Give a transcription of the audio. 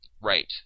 Right